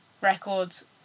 records